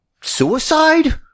Suicide